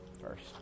first